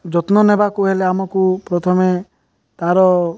ଯତ୍ନ ନେବାକୁ ହେଲେ ଆମକୁ ପ୍ରଥମେ ତାର